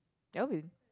Alvin